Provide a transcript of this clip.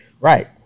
right